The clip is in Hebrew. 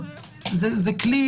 זה כלי